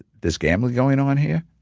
this gambling going on here.